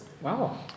Wow